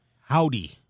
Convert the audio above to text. Howdy